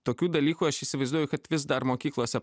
tokių dalykų aš įsivaizduoju kad vis dar mokyklose